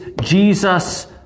Jesus